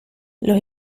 los